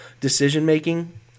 decision-making